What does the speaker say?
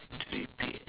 three P